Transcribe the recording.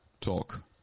Talk